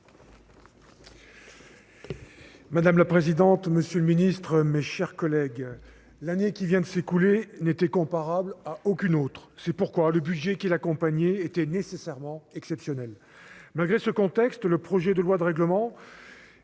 Madame la présidente, monsieur le ministre, mes chers collègues, l'année qui vient de s'écouler n'était comparable à aucune autre ; c'est pourquoi le budget qui l'accompagnait a été nécessairement exceptionnel. Malgré ce contexte, le projet de loi de règlement